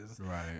Right